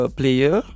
player